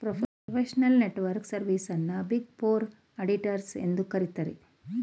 professional networking service ಅನ್ನು big four auditors ಎಂದು ಕರಿತರೆ